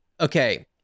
Okay